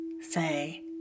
say